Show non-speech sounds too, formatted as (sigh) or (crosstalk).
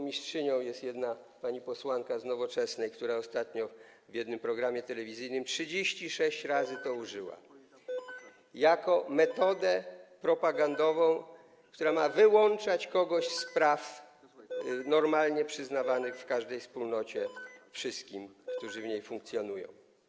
Mistrzynią jest jedna pani posłanka z Nowoczesnej, która ostatnio w jednym programie telewizyjnym użyła tego 36 razy (noise) jako metody propagandowej, która ma wyłączać kogoś z praw normalnie przyznawanych w każdej wspólnocie wszystkim, którzy w niej funkcjonują.